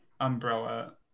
umbrella